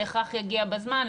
בהכרח יגיע בזמן.